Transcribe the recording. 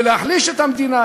ולהחליש את המדינה.